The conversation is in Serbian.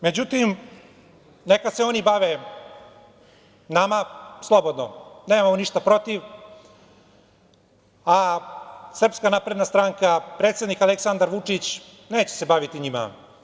Međutim, neka se oni bave nama slobodno, nemamo ništa protiv, a SNS, predsednik Aleksandar Vučić se neće baviti njima.